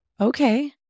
okay